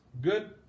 good